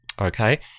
okay